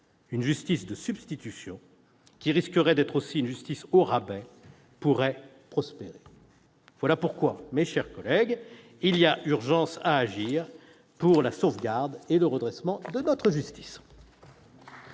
une justice de substitution, qui risquerait d'être aussi une justice au rabais, pourrait prospérer. Voilà pourquoi, mes chers collègues, il y a urgence à agir pour la sauvegarde et le redressement de notre justice.